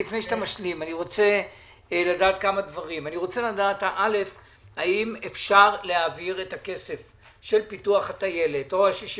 רוצה לדעת האם אפשר להעביר את הכסף של פיתוח הטיילת או את ה-60